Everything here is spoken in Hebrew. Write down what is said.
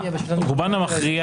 אתה רוצה לשאול שאלה את היועץ המשפטי?